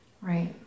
Right